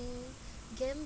mm game